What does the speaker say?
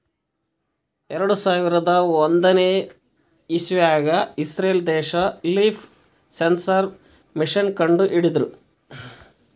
ಎರಡು ಸಾವಿರದ್ ಒಂದನೇ ಇಸವ್ಯಾಗ್ ಇಸ್ರೇಲ್ ದೇಶ್ ಲೀಫ್ ಸೆನ್ಸರ್ ಮಷೀನ್ ಕಂಡು ಹಿಡದ್ರ